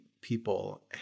people